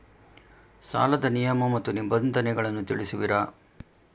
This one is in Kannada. ಸಾಲದ ನಿಯಮ ಮತ್ತು ನಿಬಂಧನೆಗಳನ್ನು ತಿಳಿಸುವಿರಾ?